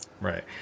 Right